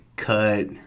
Cut